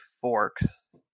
forks